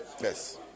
yes